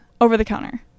Over-the-counter